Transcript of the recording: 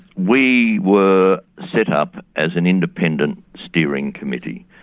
we were set up as an independent steering committee.